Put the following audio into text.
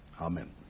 Amen